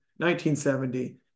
1970